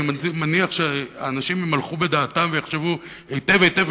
אני מניח שהאנשים יימלכו בדעתם ויחשבו היטב היטב,